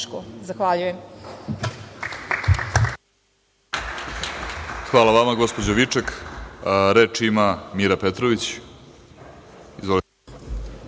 Zahvaujem.